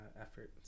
effort